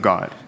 God